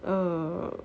err